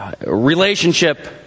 relationship